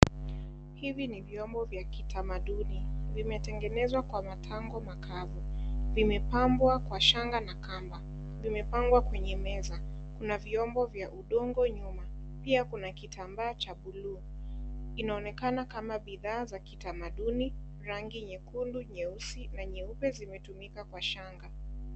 Hivi ni vyombo vya kitamaduni zimetengenezwa kwa matango makavu, vimepambwa kwa shanga na kamba, vimepangwa kwenye meza, kuna vyombo vya udongo nyuma pia kuna kitabaa cha buluu. Inaonekana kama bidhaa za kitamaduni rangi nyekundu, nyeusi, nyeupe zimetumika kwenye changa.